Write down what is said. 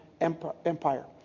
Empire